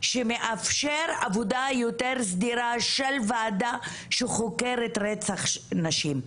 שמאפשר עבודה יותר סדירה של ועדה שחוקרת רצח נשים,